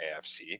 AFC